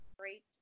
Great